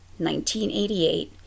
1988